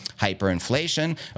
hyperinflation